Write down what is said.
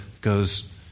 goes